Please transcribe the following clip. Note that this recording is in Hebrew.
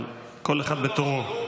אבל כל אחד בתורו,